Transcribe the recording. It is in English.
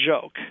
joke